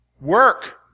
Work